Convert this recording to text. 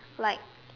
like